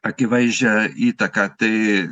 akivaizdžią įtaką tai